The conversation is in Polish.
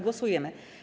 Głosujemy.